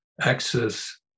access